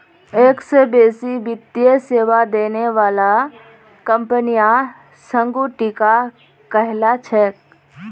एक स बेसी वित्तीय सेवा देने बाला कंपनियां संगुटिका कहला छेक